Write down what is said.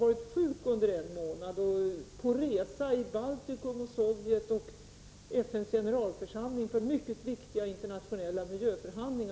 Under en del av den övriga tiden som gått sedan dess har jag varit på resa i Baltikum och Sovjet och deltagit i FN:s generalförsamling och fört mycket viktiga miljöförhandlingar.